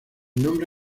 nombre